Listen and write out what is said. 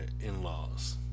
in-laws